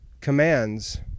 commands